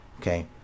Okay